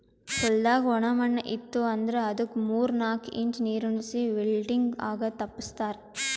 ಹೊಲ್ದಾಗ ಒಣ ಮಣ್ಣ ಇತ್ತು ಅಂದ್ರ ಅದುಕ್ ಮೂರ್ ನಾಕು ಇಂಚ್ ನೀರುಣಿಸಿ ವಿಲ್ಟಿಂಗ್ ಆಗದು ತಪ್ಪಸ್ತಾರ್